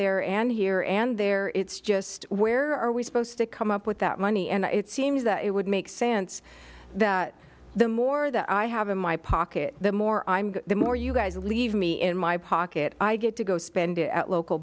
there and here and there it's just where are we supposed to come up with that money and it seems that it would make sense the more that i have in my pocket the more i'm the more you guys leave me in my pocket i get to go spend it at local